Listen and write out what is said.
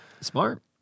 Smart